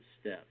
step